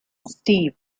steve